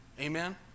Amen